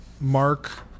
Mark